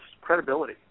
credibility